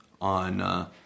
on